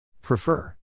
Prefer